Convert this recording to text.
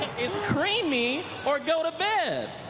it's creamy or go to bed.